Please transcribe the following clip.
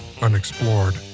unexplored